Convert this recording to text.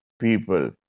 people